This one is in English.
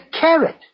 carrot